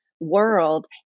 world